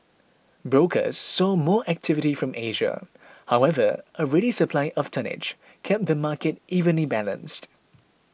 brokers saw more activity from Asia however a ready supply of tonnage kept the market evenly balanced